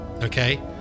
okay